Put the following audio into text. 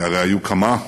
כי הרי היו כמה,